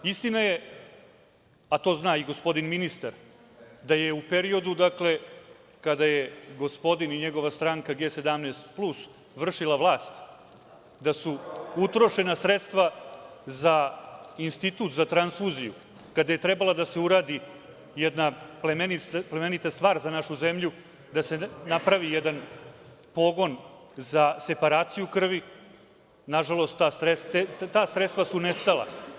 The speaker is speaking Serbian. Istina je, a to zna i gospodin ministar, da je u periodu kada je gospodin i njegova stranka G 17 plus, vršila vlast, da su utrošena sredstva za Institut za transfuziju, kada je trebala da se uradi jedna plemenita stvar za našu zemlju, da se napravi jedan pogon za separaciju krvi, nažalost ta sredstva su nestala.